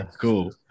Cool